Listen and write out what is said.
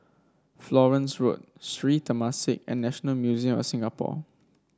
Florence Road Sri Temasek and National Museum of Singapore